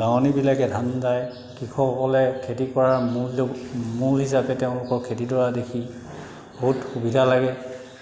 দাৱনীবিলাকে ধান দাই কৃষকসকলে খেতি কৰা মূল মূল হিচাপে তেওঁলোকৰ খেতিডৰা দেখি বহুত সুবিধা লাগে